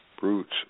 brutes